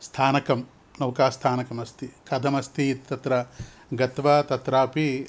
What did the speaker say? स्थानकं नौकास्थानकमस्ति कथमस्ति तत्र गत्वा तत्रापि